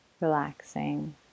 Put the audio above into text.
relaxing